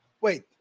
Wait